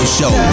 Show